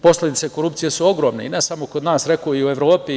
Posledice korupcije su ogromne i ne samo kod nas, nego i u Evropi.